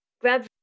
Grab